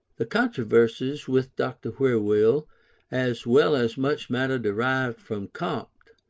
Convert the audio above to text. the controversies with dr. whewell, as well as much matter derived from comte,